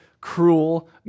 cruel